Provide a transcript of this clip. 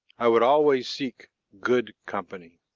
i would always seek good company.